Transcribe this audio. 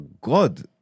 God